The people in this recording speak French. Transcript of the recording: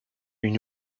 une